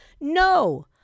No